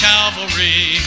Calvary